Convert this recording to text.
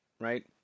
Right